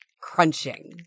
crunching